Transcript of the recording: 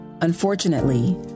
Unfortunately